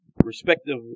respective